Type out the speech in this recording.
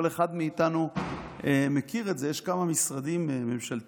כל אחד מאיתנו מכיר את זה, יש כמה משרדים ממשלתיים